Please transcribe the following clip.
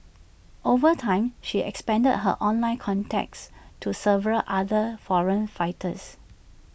over time she expanded her online contacts to several other foreign fighters